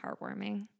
heartwarming